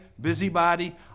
busybody